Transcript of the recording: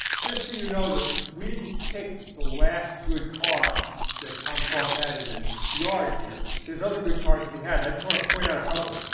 just so you know that we didn't pick the last good car that tom cross had in his yard here. there's other good cars to be had and i just wanna point out a couple.